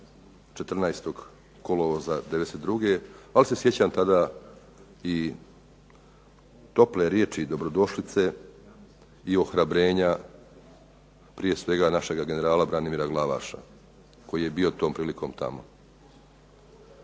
14. kolovoza '92. Ali se sjećam tada i tople riječi dobrodošlice i ohrabrenja prije svega našega generala Branimira Glavaša koji je bio tom prilikom tamo.